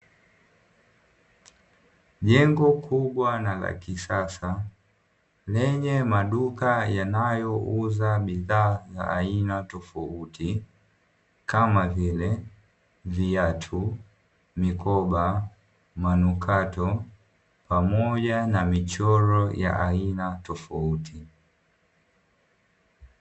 Jengo kubwa na la kisasa, lenye maduka yanayouza bidhaa za aina tofauti kama vile; viatu, mikoba, manukato pamoja na michoro ya aina tofauti.